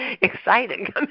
exciting